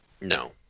No